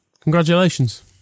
Congratulations